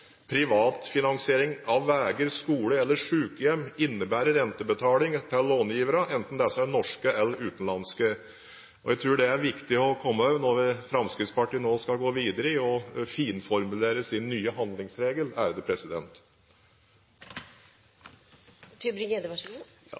av veier, skoler eller sykehjem innebærer rentebetaling til långiverne, enten disse er norske eller utenlandske. Jeg tror det er viktig å huske på, når Fremskrittspartiet nå skal gå videre i å finformulere sin nye handlingsregel.